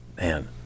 Man